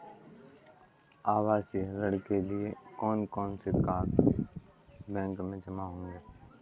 आवासीय ऋण के लिए कौन कौन से कागज बैंक में जमा होंगे?